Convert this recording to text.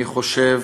אני חושב